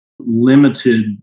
limited